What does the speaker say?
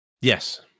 Yes